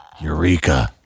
Eureka